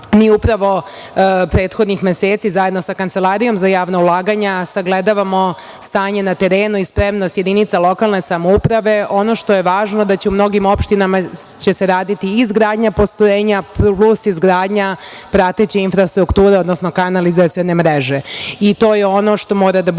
mi upravo prethodnih meseci zajedno sa Kancelarijom za javna ulaganja sagledavamo stanje na terenu i spremnost jedinica lokalne samouprave. Ono što je važno je da će u mnogim opštinama raditi i izgradnja postrojenja plus izgradnja prateće infrastrukture, odnosno kanalizacione mreže.